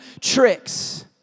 tricks